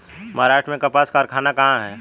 महाराष्ट्र में कपास कारख़ाना कहाँ है?